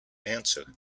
answer